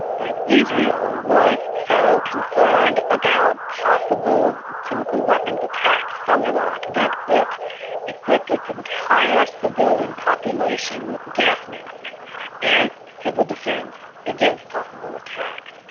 but israel was so concerned about possible chemical weapons attacks from iraq that it equipped its entire civilian population with gas masks as civil defence against possible attacks.